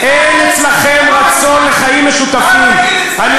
אין אצלכם רצון לחיים משותפים, אל תגיד את זה.